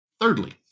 Thirdly